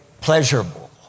pleasurable